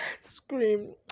scream